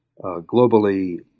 globally